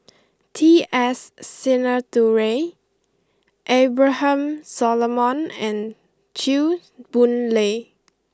T S Sinnathuray Abraham Solomon and Chew Boon Lay